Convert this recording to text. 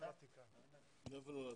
איפה נולדת?